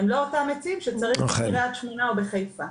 הם לא אותם עצים שצריך בקריית שמונה או בחיפה.